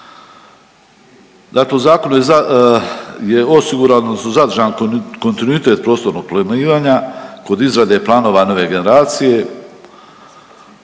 Dakle, u zakonu je osigurano, su zadržani kontinuitet prostornog planiranja kroz izrade planova nove generacije,